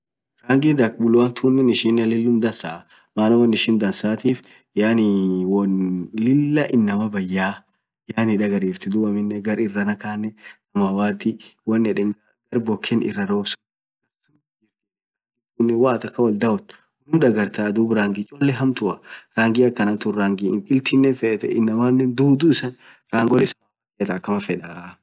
rangii dark blue tunen isinen lillum dhansaa maaa won ishin dansathif yaani won Lilah inamaa bayya yaani dhagariftii dhub aminen gar irrana khanen samawati won yedhen Mal boken irra Robb sunn (.) woo athin akhan oll dhawothu hindhagartha rangi cholee hamtua rangii akhan tun rangi iltinen fethee inamaanen dhudhu isaaa rangole samawati taan akamaa fedhaa